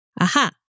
Aha